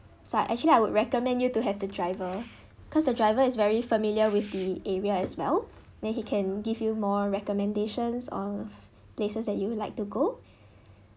so I actually I would recommend you to have the driver cause the driver is very familiar with the area as well then he can give you more recommendations or places that you would like to go